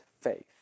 faith